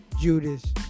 judas